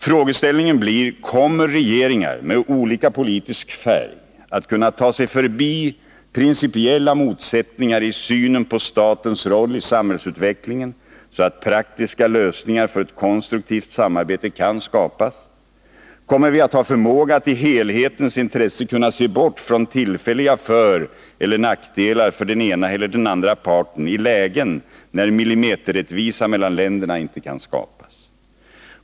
Frågeställningen blir: Kommer regeringar med olika politisk färg att kunna ta sig förbi principiella motsättningar i synen på statens roll i samhällsutvecklingen så att praktiska lösningar för ett konstruktivt samarbete kan skapas? Kommer vi att ha förmåga att i helhetens intresse kunna se bort från tillfälliga föreller nackdelar för den ena eller den andra parten i lägen när millimeterrättvisa mellan länderna inte kan skapas?